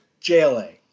JLA